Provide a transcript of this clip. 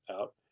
out